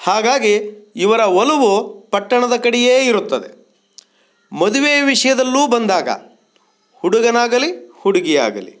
ಹಾಗಾಗಿ ಇವರ ಒಲವು ಪಟ್ಟಣದ ಕಡೆಯೇ ಇರುತ್ತದೆ ಮದುವೆಯ ವಿಷಯದಲ್ಲಿ ಬಂದಾಗ ಹುಡುಗನಾಗಲಿ ಹುಡುಗಿ ಆಗಲಿ